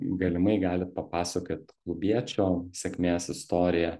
galimai galit papasakot klubiečio sėkmės istoriją